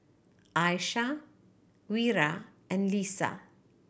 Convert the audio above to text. Aishah Wira and Lisa